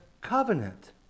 covenant